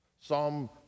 Psalm